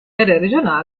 consigliere